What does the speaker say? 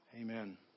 Amen